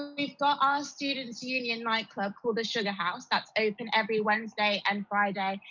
we've got our students union night club called the sugar house that's open every wednesday and friday.